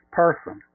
person